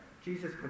Jesus